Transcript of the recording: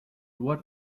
what